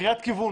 קריאת כיוון,